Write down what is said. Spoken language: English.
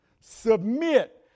Submit